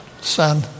Son